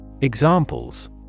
Examples